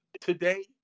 today